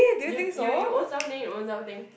you you you own self think you own self think